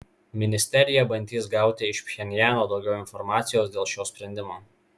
ministerija bandys gauti iš pchenjano daugiau informacijos dėl šio sprendimo